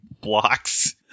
blocks